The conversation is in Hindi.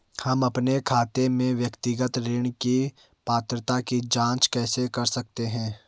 हम अपने खाते में व्यक्तिगत ऋण की पात्रता की जांच कैसे कर सकते हैं?